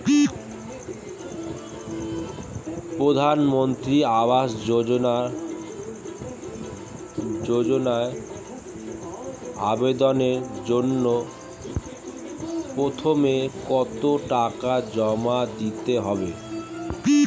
প্রধানমন্ত্রী আবাস যোজনায় আবেদনের জন্য প্রথমে কত টাকা জমা দিতে হবে?